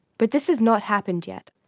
but this has not happened yet,